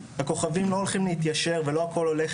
הכוכבים לא הולכים להתיישר ולא הכל הולך